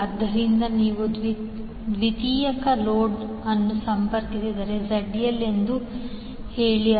ಆದ್ದರಿಂದ ನೀವು ದ್ವಿತೀಯಕದಲ್ಲಿ ಲೋಡ್ ಅನ್ನು ಸಂಪರ್ಕಿಸಿದರೆ ZLಎಂದು ಹೇಳಿ